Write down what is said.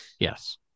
Yes